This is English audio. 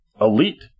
elite